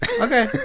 okay